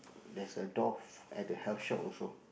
there's a dove at the health shop also